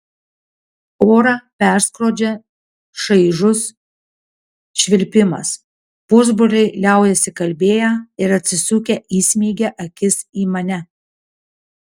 orą perskrodžia šaižus švilpimas pusbroliai liaujasi kalbėję ir atsisukę įsmeigia akis į mane